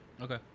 Okay